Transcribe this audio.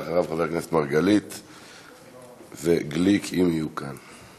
אחריו, חברי הכנסת מרגלית וגליק, אם יהיו כאן.